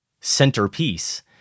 centerpiece